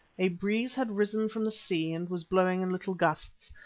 a breeze had risen from the sea and was blowing in little gusts,